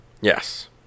Yes